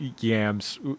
yams